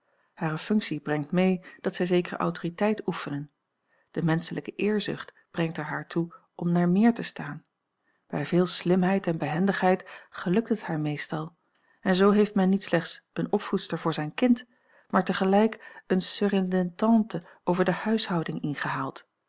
hare functie brengt mee dat zij zekere autoriteit oefenen de menschelijke eerzucht brengt er haar toe om naar meer te staan bij veel slimheid en behendigheid gelukt het haar meestal en zoo heeft men niet slechts eene opvoedster voor zijn kind maar tegelijk eene surintendante over de huishouding ingehaald